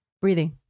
breathing